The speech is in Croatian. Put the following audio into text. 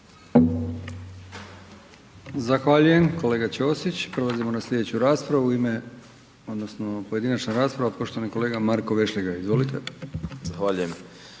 Zahvaljujem, kolega Ćosić. Prelazimo na slijedeću raspravu u ime, odnosno pojedinačna rasprava poštovani kolega Marko Vešligaj, izvolite. **Vešligaj,